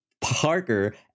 parker